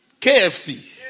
KFC